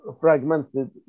fragmented